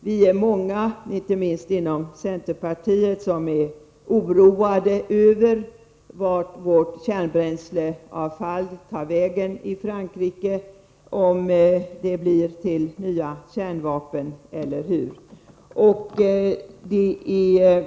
Vi är många, inte minst inom centerpartiet, som är oroade över vart vårt kärnbränsleavfall tar vägen i Frankrike — om det används till nya kärnvapen e.d.